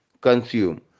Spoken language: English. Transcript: Consume